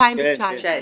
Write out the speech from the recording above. ב-2019.